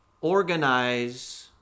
organize